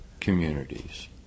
communities